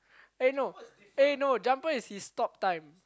eh no eh no Jumper is his talk time